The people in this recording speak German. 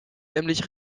nämlich